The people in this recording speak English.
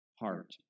Heart